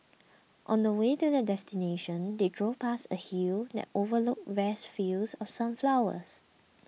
on the way to their destination they drove past a hill that overlooked vast fields of sunflowers